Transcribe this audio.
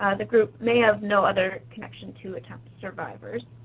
ah the group may have no other connections to attempt survivors.